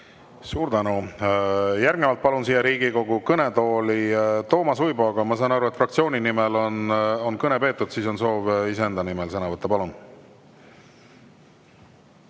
Suur tänu! Järgnevalt palun siia Riigikogu kõnetooli Toomas Uibo. Ma saan aru, et fraktsiooni nimel on kõne peetud ja on soov iseenda nimel sõna võtta. Palun!